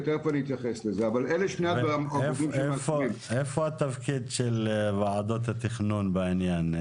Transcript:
ותכף אתייחס לזה אבל אלה שני -- איפה התפקיד של ועדות התכנון בעניין?